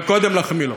אבל קודם להחמיא לו.